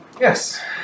Yes